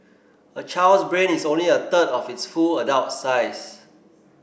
a child's brain is only a third of its full adult size